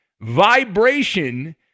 Vibration